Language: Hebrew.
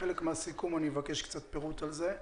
כחלק מהסיכום אני אבקש פירוט על כך.